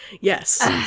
Yes